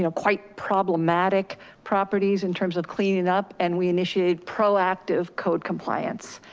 you know quite problematic properties in terms of cleaning up and we initiated proactive code compliance.